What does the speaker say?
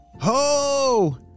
Ho